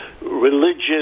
religious